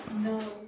No